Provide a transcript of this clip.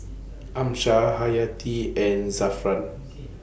Amsyar Hayati and Zafran